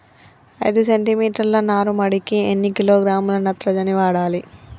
ఐదు సెంటిమీటర్ల నారుమడికి ఎన్ని కిలోగ్రాముల నత్రజని వాడాలి?